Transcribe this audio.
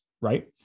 right